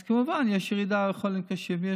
אז כמובן שיש ירידה במספר החולים קשים,